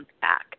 back